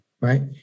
Right